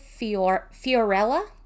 fiorella